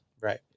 Right